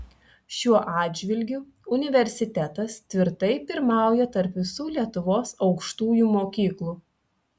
šiuo atžvilgiu universitetas tvirtai pirmauja tarp visų lietuvos aukštųjų mokyklų